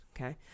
okay